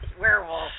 werewolf